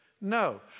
No